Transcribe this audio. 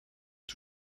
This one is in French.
est